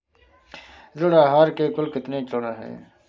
ऋण आहार के कुल कितने चरण हैं?